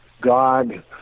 God